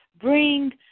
bring